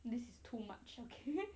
this is too much okay